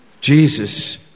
Jesus